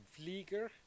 Vlieger